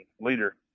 leader